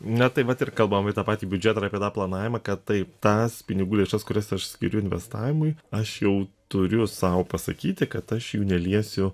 na tai vat ir kalbam apie tą patį biudžetą ir apie tą planavimą kad taip tas pinigų lėšas kurias aš skiriu investavimui aš jau turiu sau pasakyti kad aš jų neliesiu